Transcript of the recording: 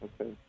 Okay